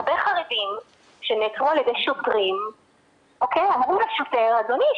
הרבה חרדים שנעצרו על ידי שוטרים אמרו לשוטר 'אדוני,